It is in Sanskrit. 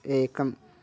एकम्